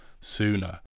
sooner